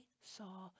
saw